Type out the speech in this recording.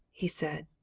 he said.